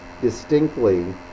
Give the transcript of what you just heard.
distinctly